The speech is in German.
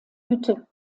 hütte